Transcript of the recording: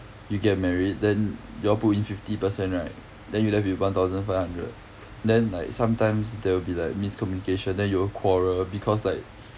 you get married then you all put in fifty percent right then you left with one thousand five hundred then like sometimes there will be like miscommunication then you all quarrel because like